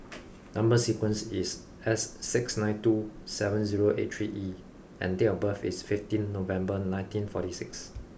number sequence is S six nine two seven zero eight three E and date of birth is fifteenth November nineteen forty six